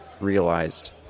realized